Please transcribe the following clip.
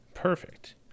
Perfect